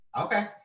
Okay